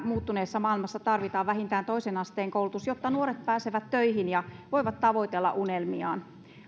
muuttuneessa maailmassa tarvitaan vähintään toisen asteen koulutus jotta nuoret pääsevät töihin ja voivat tavoitella unelmiaan